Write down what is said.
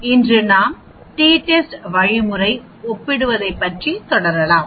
இன்று நாம் t test வழிமுறை ஒப்பிடுவதை பற்றி தொடரலாம்